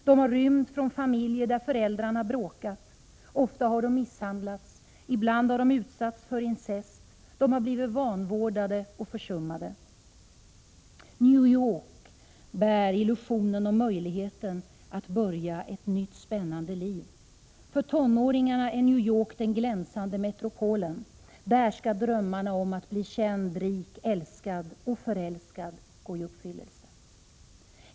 De har rymt från familjer där föräldrarna bråkat, ofta har de misshandlats, ibland har de utsatts för incest, de har blivit vanvårdade och försummade. New York bär illusionen om möjligheten att börja ett nytt spännande liv. För tonåringarna är New York den glänsande metropolen. Där skall drömmarna om att bli känd, rik, älskad och förälskad gå i uppfyllelse.